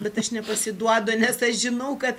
bet aš nepasiduodu nes aš žinau kad